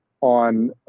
on